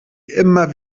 immer